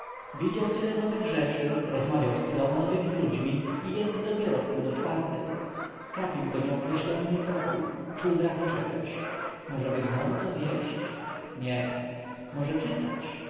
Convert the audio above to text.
widział tyle nowych rzeczy rozmawiał z tyloma nowymi ludźmi i jest dopiero wpół do czwartej trapił go nieokreślony niepokój czuł brak czegoś możeby znowu co zjeść nie może czytać